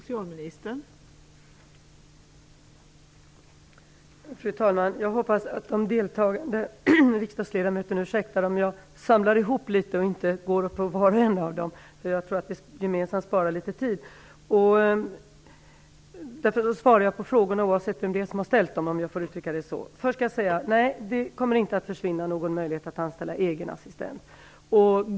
Fru talman! Jag hoppas att de deltagande riksdagsledamöterna ursäktar om jag samlar ihop frågorna litet och inte svarar på var och en av dem. Jag tror att vi gemensamt sparar litet tid så. Jag svarar på frågorna oavsett vem det är som har ställt dem, om jag får uttrycka det så. Möjligheten att anställa en egen assistent kommer inte att försvinna.